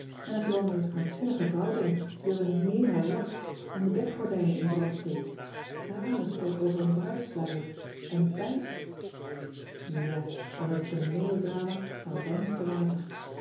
en als je dan aan de krankzinnige vrouw denkt die als een hyena lacht en de bedgordijnen in brand steekt tranen stort over een bruidssluier en bijt nu ja dan is het een melodrama van het reinste water